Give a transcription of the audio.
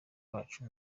wacu